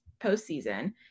postseason